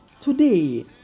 Today